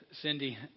Cindy